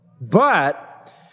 But